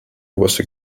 oberste